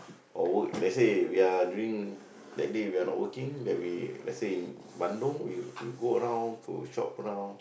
our work lets say we are during that day we are not working then we lets say Bandung we we go around to shop around